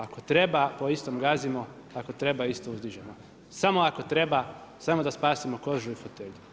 Ako treba po istom gazimo, ako treba isto uzdižemo, samo ako treba, samo da spasimo kožu i fotelju.